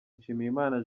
nshimiyimana